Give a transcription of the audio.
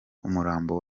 umurambo